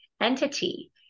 entity